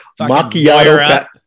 Macchiato